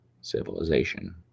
civilization